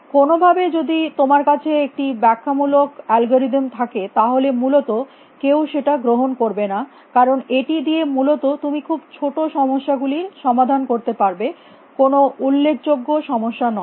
কোনোভাবে যদি তোমার কাছে একটি ব্যাখ্যা মূলক অ্যালগরিদম থাকে তাহলে মূলত কেউ সেটা গ্রহন করবে না কারণ এটি দিয়ে মূলত তুমি খুব ছোটো সমস্যা গুলির সমাধান করতে পারবে কোনো উল্লেখযোগ্য সমস্যা নয়